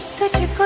that you